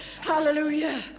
Hallelujah